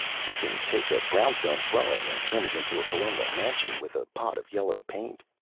he can take a brown-stone dwelling and turn it into a colonial mansion with a pot of yellow paint.